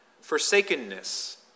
Forsakenness